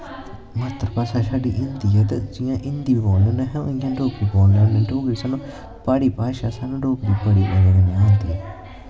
मात्तर भाशा साढ़ी हिन्दी ऐ ते जियां हिन्दी बोलने होन्न्ने उआं डोगरी बोलने होने प्हाड़ी भाशा स्हानू डोगरी बड़ी आंदी